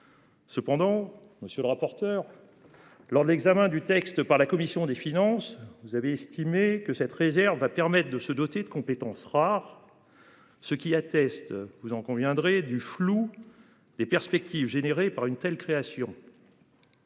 Cependant, monsieur le rapporteur. Lors de l'examen du texte par la commission des finances, vous avez estimé que cette réserve à permettent de se doter de compétences rares. Ce qui atteste. Vous en conviendrez du flou des perspectives générés par une telle création.